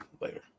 later